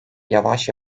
yavaş